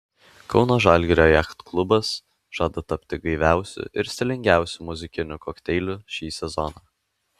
kauno žalgirio jachtklubas žada tapti gaiviausiu ir stilingiausiu muzikiniu kokteiliu šį sezoną